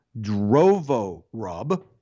Drovorub